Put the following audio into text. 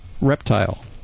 reptile